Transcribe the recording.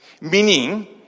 meaning